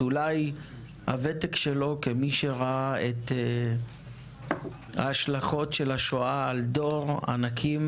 אולי מהוותק שלו כמי שראה את ההשלכות של השואה על דור ענקים,